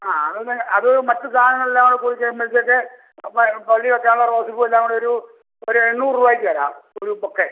ആ അതൊന്ന് അത് മറ്റ് സാധനങ്ങളെല്ലാം കൂടി ചേരുമ്പഴത്തേക്ക് അപ്പോൾ പള്ളി വെക്കാനുള്ള റോസാപ്പൂ എല്ലാം കൂടെ ഒരു ഒരു എണ്ണൂറ് രൂപയ്ക്ക് തരാം ഒരു ബൊക്കെ